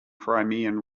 crimean